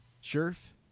Sheriff